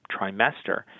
trimester